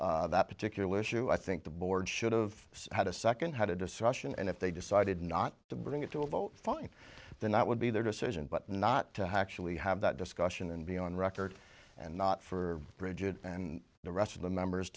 mishandled that particular issue i think the board should've had a second had a discussion and if they decided not to bring it to a vote fine then that would be their decision but not to have actually have that discussion and be on record and not for bridget and the rest of the members